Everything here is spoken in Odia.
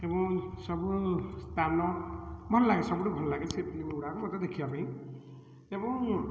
ଏବଂ ସବୁ ସ୍ଥାନ ଭଲ୍ ଲାଗେ ସବୁଠୁ ଭଲ୍ ଲାଗେ ସେ ଫିଲ୍ମଗୁଡ଼ା ମୋତେ ଦେଖିବାପାଇଁ ଏବଂ